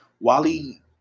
Wally